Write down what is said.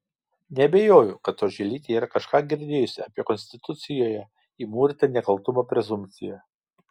neabejoju kad oželytė yra kažką girdėjusi apie konstitucijoje įmūrytą nekaltumo prezumpciją